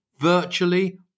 virtually